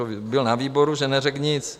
Byl na výboru, že neřekl nic.